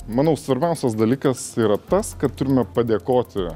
manau svarbiausias dalykas yra tas kad turime padėkoti